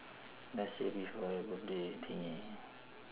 last year before your birthday thingy